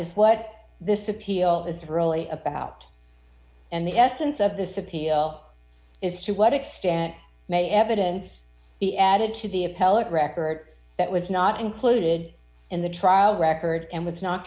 is what this appeal is really about and the essence of this appeal is to what extent may evidence be added to the appellate record that was not included in the trial records and was not